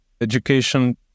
education